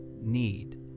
need